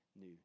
new